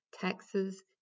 taxes